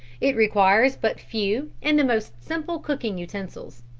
it requires but few and the most simple cooking utensils.